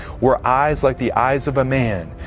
were eyes like the eyes of a man,